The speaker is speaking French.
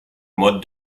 mode